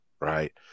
right